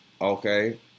Okay